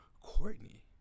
courtney